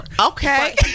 Okay